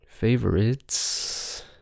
Favorites